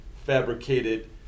Fabricated